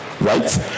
right